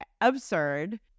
Absurd